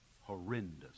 horrendous